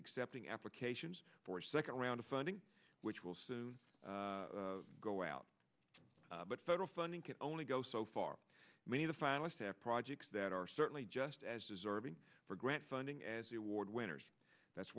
accepting applications for a second round of funding which will soon go out but federal funding can only go so far many the finalists have projects that are certainly just as deserving for grant funding as the ward winners that's